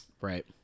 right